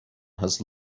has